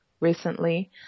recently